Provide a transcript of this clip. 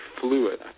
fluid